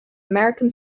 american